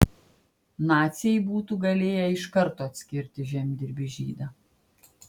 naciai būtų galėję iš karto atskirti žemdirbį žydą